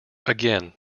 again